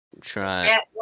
try